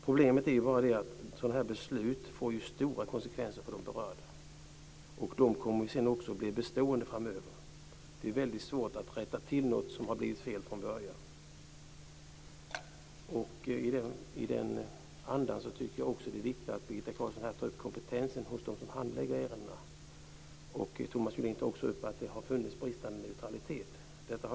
Problemet är att sådana här beslut för de berörda får stora konsekvenser, som också kommer att bli bestående framöver. Det är väldigt svårt att rätta till något som har blivit fel från början. Mot den bakgrunden tycker jag också att det är viktigt att Birgitta Carlsson här tar upp kompetensen hos dem som handlägger ärendena. Thomas Julin tog upp att det också har förekommit brister i neutraliteten.